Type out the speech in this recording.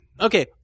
Okay